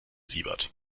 siebert